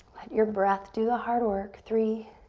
your breath do the hard work. three,